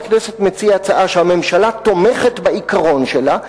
כנסת מציע הצעה שהממשלה תומכת בעיקרון שלה,